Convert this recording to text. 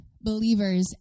believers